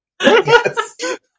Yes